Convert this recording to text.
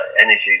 energy